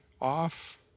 off